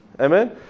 Amen